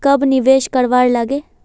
कब निवेश करवार लागे?